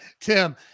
Tim